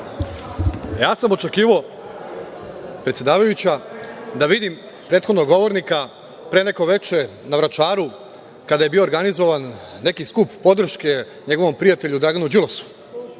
sam, predsedavajuća, da vidim prethodnog govornika pre neko veče na Vračaru, kada je bio organizovan neki skup podrške njegovom prijatelju Draganu Đilasu.